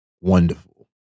wonderful